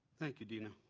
thank you, dena.